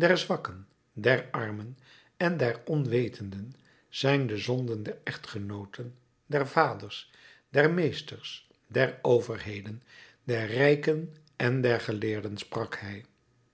der zwakken der armen en der onwetenden zijn de zonden der echtgenooten der vaders der meesters der overheden der rijken en der geleerden sprak hij